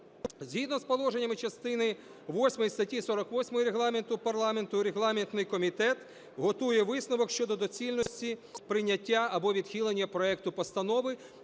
Згідно з положеннями частини восьмої статті 48 Регламенту парламенту регламентний комітет готує висновок щодо доцільності прийняття або відхилення проекту постанови.